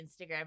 Instagram